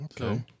Okay